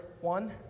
One